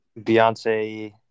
Beyonce